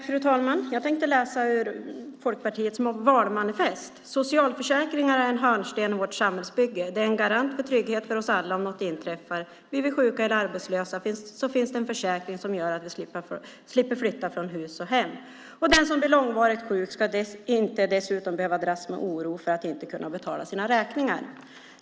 Fru talman! Jag tänkte läsa ur Folkpartiets valmanifest: "Socialförsäkringar är en hörnsten i vårt samhällsbygge. De är en garant för trygghet för oss alla om något inträffar. Blir vi sjuka eller arbetslösa så finns det en försäkring som gör att vi slipper flytta från hus och hem. Den som blir långvarigt sjuk ska inte dessutom behöva dras med oro för att inte kunna betala sina räkningar."